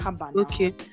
Okay